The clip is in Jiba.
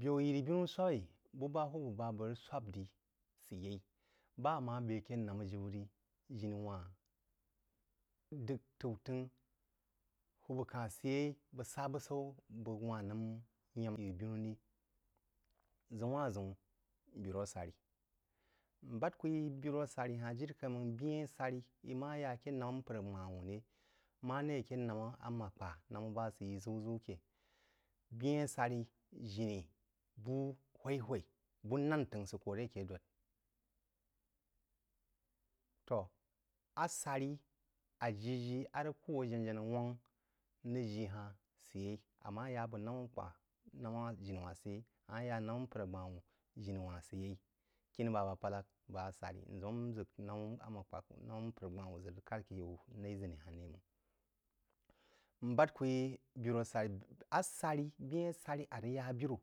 Byaú yirí-binú swáb-í bu ba-hwúb a bəg rəg swāb-rí səyeí. Ba̍ amá bé ake namɛ jibə ri jiní-wha-n d’əgh t’utəngh, hwūb ka’u səyeí bəg sa búsaú nəm yiam yiri-ɓinú rí. ʒəun-wahn-ʒəun bírú-asarí. M bād ku yi birú-asari ha-hn jiri kai mána bye-ī asarī í má yá aké namə mpər, àgbáwūn rí maré aké namə àmàkpá namə ba sə yī ʒəu-ʒəu aké bye-í asarí jé bu hwaí-hwaí. Bū nangh-tən n sə kō ré ake dōd tō, asari ajiji a rəg kū a janá-janá wángk n rəg ji ha hn səyeí. Ama yaabo namə umkpa jini wan səyeí, amá ya abō namə mpər agbāwun jini-wan səyeí. Kini bá abá pálágk bá asarí. Nʒəm nʒək namə amakpa, kō namə mpər agbáwūn rəg kár aké yaú naiʒəní ri máng. Ń bād kú yí aké yaú naiʒəní rí máng. Ń bád kú yí birú abarí asarí, bye-ī asárī a rəg yá birú